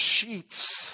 sheets